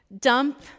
dump